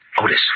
Otis